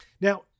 now